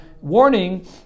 warning